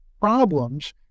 problems